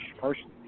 personally